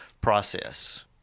process